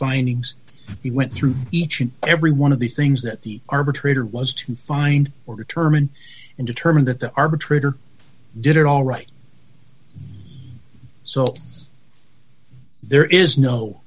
findings he went through each and every one of the things that the arbitrator was to find or determine and determine that the arbitrator did it all right so there is no